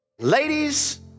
Ladies